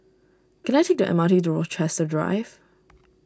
can I take the M R T to Rochester Drive